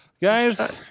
Guys